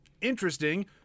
interesting